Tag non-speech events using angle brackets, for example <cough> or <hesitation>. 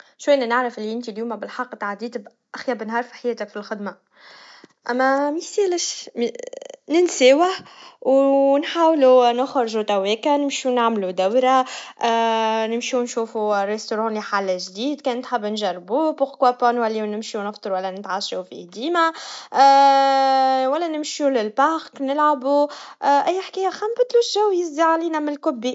شو اللي نعرف اللي انت اليوم بالحق تعديت بأخيب نهار في حياتك في الخدما, أما ميصيرش لينسيوه ونحاولوا نخرجوا تويكا تمشوا ونعملوا دفرا, نمشوا نشوفوا مطعم نحل جديد كنت حابا نجربو, ليه لا؟ نولي ونمشوا نفطروا ولا نتعشوا فيه ديما, <hesitation> ولا نمشوا للبارت نلعبوا, أي حكاية عشان نبدلوا, الشعور الزعلينا من الكوبي.